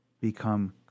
become